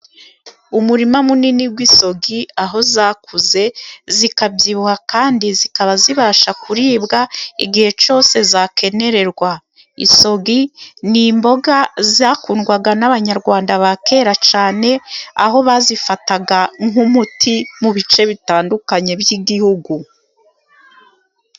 Umurima munini w'isogi aho zakuze zikabyibuha kandi zikaba zibasha kuribwa igihe cyose zakenererwa isogi ni imboga zakundwaga n'abanyarwanda ba kera cyane aho bazifataga nk'umuti mu bice bitandukanye by'igihugu